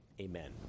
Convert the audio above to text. Amen